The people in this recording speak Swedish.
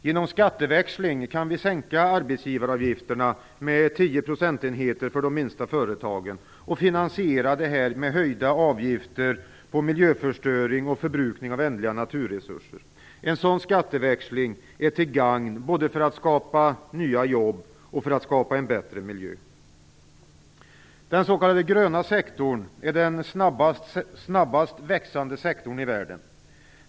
Genom skatteväxling kan vi sänka arbetsgivaravgifterna med tio procentenheter för de minsta företagen. Detta kan vi finansiera med höjda avgifter på miljöförstöring och förbrukning av ändliga naturresurser. En sådan skatteväxling är till gagn både för att skapa nya jobb och för att skapa en bättre miljö. Den s.k. gröna sektorn är den snabbast växande sektorn i världen.